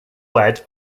wed